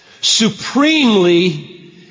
supremely